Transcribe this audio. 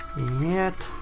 yet.